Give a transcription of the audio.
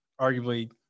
arguably